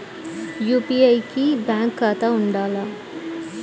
UPI కి bank ఖాతా ఉండాల?